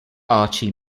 archie